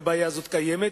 והבעיה הזאת קיימת,